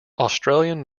australian